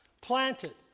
planted